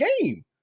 game